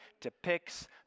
depicts